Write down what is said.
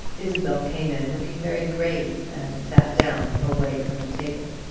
isabel came in, looking very grave, and sat down, away from the table.